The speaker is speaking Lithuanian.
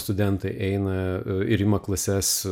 studentai eina ir ima klases